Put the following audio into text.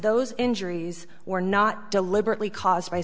those injuries were not deliberately caused by